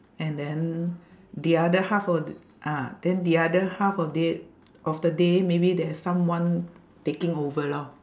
and then the other half of th~ ah then the other half of day of the day maybe there's someone taking over lor